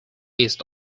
east